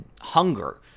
hunger